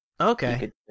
Okay